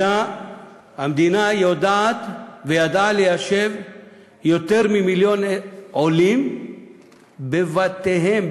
המדינה יודעת וידעה ליישב יותר ממיליון עולים בבתיהם,